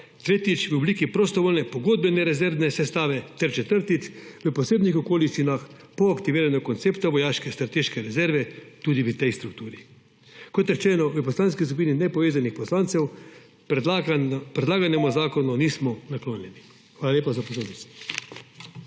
tretjič, v obliki prostovoljne pogodbene rezervne sestave, četrtič, v posebnih okoliščinah po aktiviranju koncepta vojaške strateške rezerve tudi v tej strukturi. Kot rečeno, v Poslanski skupini nepovezanih poslancev predlaganemu zakonu nismo naklonjeni. Hvala lepa za pozornost.